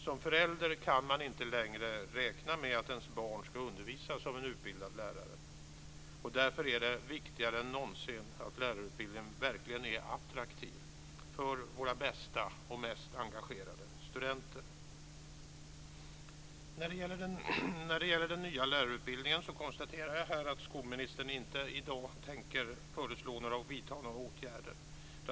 Som förälder kan man inte längre räkna med att ens barn ska undervisas av en utbildad lärare, och därför är det viktigare än någonsin att lärarutbildningen verkligen är attraktiv för våra bästa och mest engagerade studenter. När det gäller den nya lärarutbildningen konstaterar jag att skolministern i dag inte tänker föreslå några åtgärder.